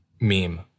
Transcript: meme